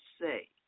say